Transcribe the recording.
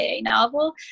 novel